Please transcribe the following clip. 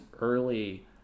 early